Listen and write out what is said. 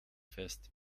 fest